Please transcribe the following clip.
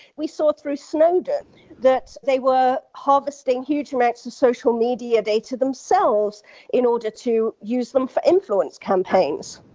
we saw through snowden that they were harvesting huge amounts of social media data themselves in order to use them for influence campaigns.